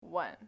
One